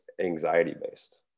anxiety-based